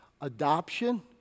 adoption